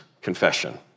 confession